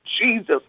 Jesus